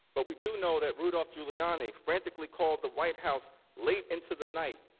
but we do know that rudy giuliani frantically called the white house late into the night,